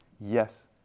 Yes